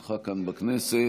בשליחותך כאן בכנסת.